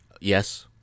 Yes